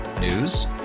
News